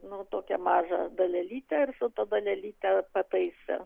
nu tokią mažą dalelytę ir su ta dalelyte pataisė